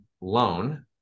loan